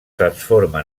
transforma